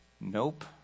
Nope